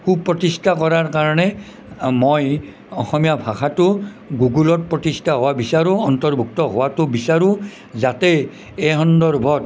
সুপ্ৰতিষ্ঠা কৰাৰ কাৰণে মই অসমীয়া ভাষাটো গুগুলত প্ৰতিষ্ঠা হোৱা বিচাৰোঁ অন্তৰ্ভুক্ত হোৱাটো বিচাৰোঁ যাতে এই সন্দৰ্ভত